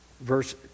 verse